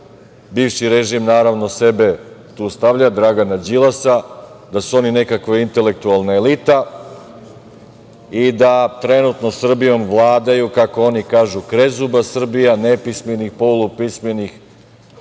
Bivši režim naravno sebe tu stavlja, Dragana Đilasa, da su oni nekakva intelektualna elita i da trenutno Srbijom vladaju, kako oni kažu, krezuba Srbija nepismenih i polupismenih